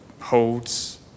holds